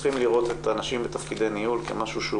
צריכים לראות את הנשים בתפקידי ניהול כמשהו שהוא